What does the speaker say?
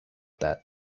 that